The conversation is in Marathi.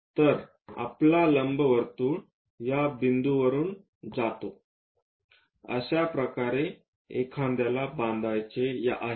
तर आमचा लंबवर्तुळ या बिंदूंवरुन जातो अशा प्रकारे एखाद्याला बांधायचे आहे